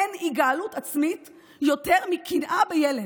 אין היגעלות עצמית יותר מקנאה בילד.